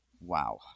Wow